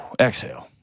Exhale